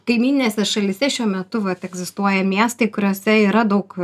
kaimyninėse šalyse šiuo metu va egzistuoja miestai kuriuose yra daug